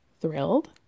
thrilled